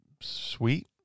sweet